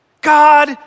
God